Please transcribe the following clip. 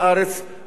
גם בישראל,